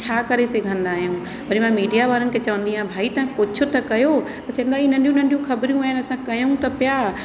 छा करे सघंदा आहियूं वरी मां मीडिया वारनि खे चवंदी आहियां भई तव्हां कुझु त कयो त चईंदा हीउ नंढियूं नंढियूं ख़बरूं आहिनि असां कयूं था पिया